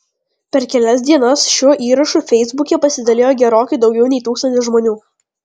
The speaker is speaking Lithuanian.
per kelias dienas šiuo įrašu feisbuke pasidalijo gerokai daugiau nei tūkstantis žmonių